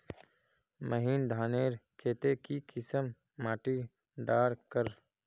महीन धानेर केते की किसम माटी डार कर?